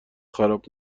خراب